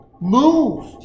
Move